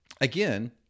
again